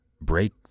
break